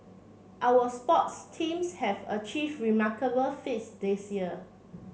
our sports teams have achieved remarkable feats this year